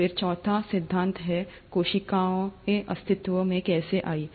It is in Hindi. फिर चौथा सिद्धांत है कोशिकाएं अस्तित्व में कैसे आईं